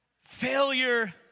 failure